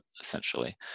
essentially